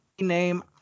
Name